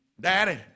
daddy